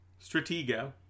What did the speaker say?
Stratego